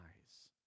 eyes